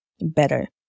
better